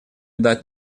дать